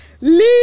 leave